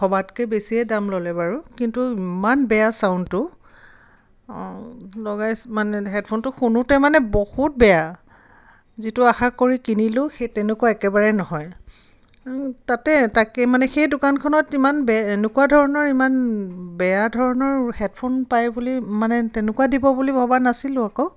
ভবাতকৈ বেছিয়ে দাম ল'লে বাৰু কিন্তু ইমান বেয়া চাউণ্ডটো অঁ লগাই মানে হে'ডফোনটো শুনোঁতে মানে বহুত বেয়া যিটো আশা কৰি কিনিলোঁ সেই তেনেকুৱা একেবাৰে নহয় তাতে তাকে মানে সেই দোকানখনত ইমান বেয়া এনেকুৱা ধৰণৰ ইমান বেয়া ধৰণৰ হে'ডফোন পায় বুলি মানে তেনেকুৱা দিব বুলি ভবা নাছিলোঁ আকৌ